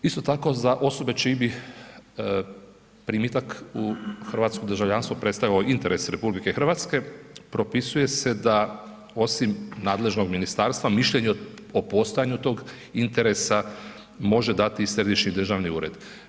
Isto tako za osobe čiji bi primitak u hrvatsko državljanstvo predstavljao interes RH propisuje se da osim nadležnog ministarstva mišljenje o postojanju tog interesa može dati i središnji državni ured.